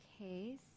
Okay